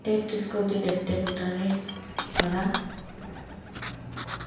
তেত্ৰিছ কুটি দেৱ দেৱতাৰে ভৰা